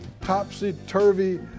topsy-turvy